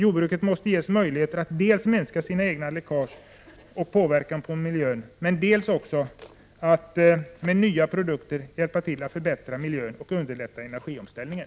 Jordbruket måste ges möjligheter att dels minska sina egna läckage och sin påverkan på miljön, dels med nya produkter hjälpa till att förbättra miljön och underlätta energiomställningen.